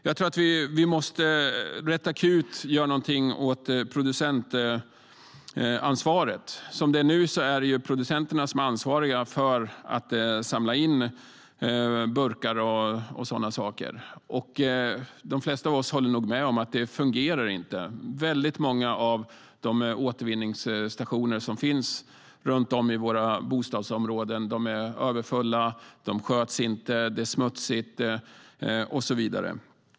Jag tror att vi rätt akut måste göra någonting åt producentansvaret. Nu är det producenterna som är ansvariga för att samla in burkar och så vidare. De flesta av oss håller nog med om att det inte fungerar. Många av de återvinningsstationer som finns runt om i våra bostadsområden är överfulla, de sköts inte, det är smutsigt och så vidare.